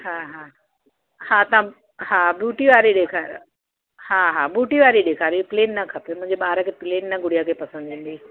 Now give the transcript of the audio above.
हा हा हा तव्हां हा बूटी वारी ॾेखारियो हा हा बूटी वारी ॾेखारियो हीअ प्लेन न खपे मुंहिंजे ॿार खे प्लेन न गुड़िया खे पसंदि ईंदी